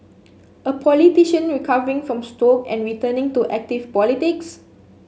a politician recovering from stroke and returning to active politics